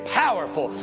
powerful